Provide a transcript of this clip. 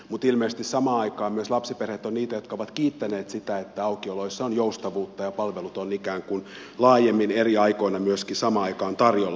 mutta ilmeisesti samaan aikaan myös lapsiperheet ovat niitä jotka ovat kiittäneet sitä että aukioloissa on joustavuutta ja palveluita on ikään kuin laajemmin eri aikoina tarjolla